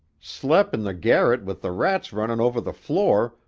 slep' in the garret with the rats runnin' over the floor,